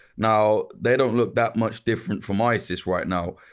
now, they don't look that much different from isis right now.